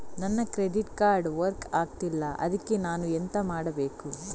ನನ್ನ credit card work ಆಗ್ತಿಲ್ಲ ಅದ್ಕೆ ನಾನು ಎಂತ ಮಾಡಬೇಕು?